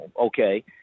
okay